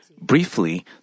Briefly